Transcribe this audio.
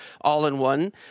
all-in-one